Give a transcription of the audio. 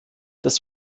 das